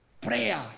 Prayer